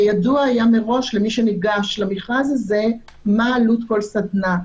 וידוע מראש למי שניגש למכרז הזה מה עלות כל סדנה.